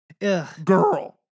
Girl